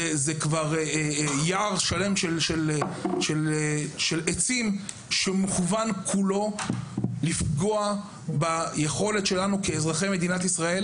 אלא יער שלם של עצים שמוכוון כולו לפגוע ביכולתנו כאזרחי מדינת ישראל,